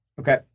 Okay